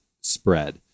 spread